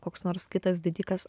koks nors kitas didikas